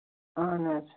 اَہَن حظ